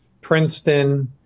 Princeton